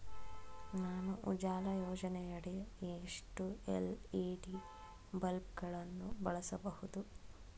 ನಾನು ಉಜಾಲ ಯೋಜನೆಯಡಿ ಎಷ್ಟು ಎಲ್.ಇ.ಡಿ ಬಲ್ಬ್ ಗಳನ್ನು ಬಳಸಬಹುದು?